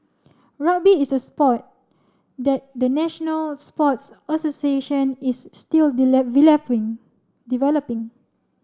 rugby is a spoil that the national sports association is still developing